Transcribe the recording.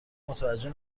متوجه